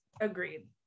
Agreed